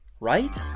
right